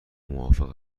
موافق